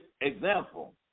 example